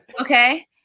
Okay